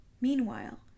Meanwhile